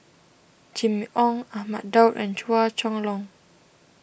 Jimmy Ong Ahmad Daud and Chua Chong Long